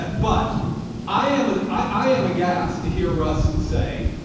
but but i am a i am aghast to hear russ say,